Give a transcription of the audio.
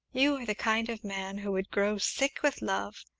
you are the kind of man who would grow sick with love,